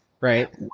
Right